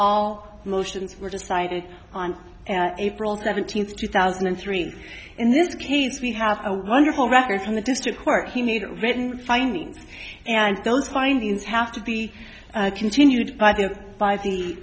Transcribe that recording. all motions were decided i'm april seventeenth two thousand and three in this case we have a wonderful record from the district court he needed written findings and those findings have to be continued by the by the